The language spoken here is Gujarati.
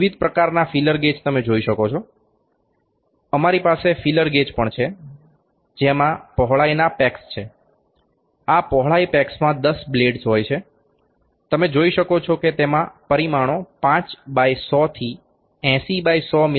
વિવિધ પ્રકારના ફીલર ગેજ તમે જોઈ શકો છો અમારી પાસે ફીલર ગેજ પણ છે જેમાં પહોળાઈના પેક્સ છે આ પહોળાઈ પેક્સમાં 10 બ્લેડ હોય છે તમે જોઈ શકો છો કે તેમાં પરિમાણો 5 બાય 100 થી 80 બાય 100 મી